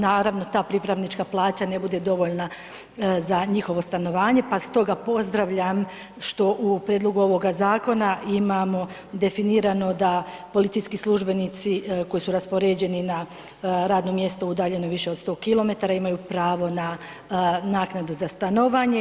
Naravno ta pripravnička plaća ne bude dovoljna za njihovo stanovanje pa stoga pozdravljam što u prijedlogu ovoga zakona imamo definirano da policijski službenici koji su raspoređeni na radno mjesto udaljeno više od 100km imaju pravo na naknadu za stanovanje.